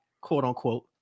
quote-unquote